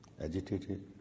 agitated